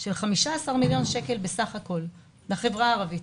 של 15 מיליון שקל בסך הכול לחברה הערבית.